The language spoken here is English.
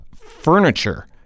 furniture